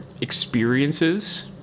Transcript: experiences